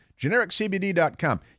GenericCBD.com